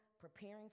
preparing